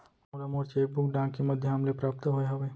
मोला मोर cheque book डाक के मध्याम ले प्राप्त होय हवे